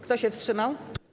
Kto się wstrzymał?